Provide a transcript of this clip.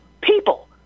people